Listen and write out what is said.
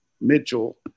Mitchell